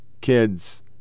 kids